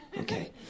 Okay